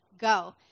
go